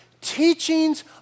teachings